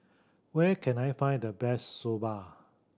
where can I find the best Soba